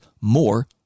more